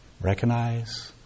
Recognize